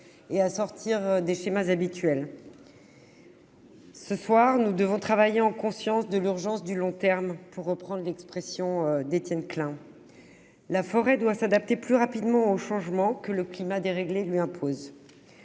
et à sortir des schémas habituels. Ce soir, nous devons travailler en conscience de l'urgence du long terme, pour reprendre l'expression d'Étienne Klein. La forêt doit s'adapter plus rapidement aux changements que le climat déréglé lui impose.